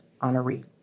honoree